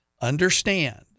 understand